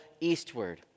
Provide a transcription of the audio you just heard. eastward